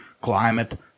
climate